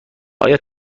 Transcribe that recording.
آیا